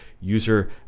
user